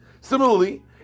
Similarly